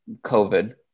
COVID